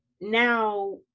now